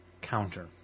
counter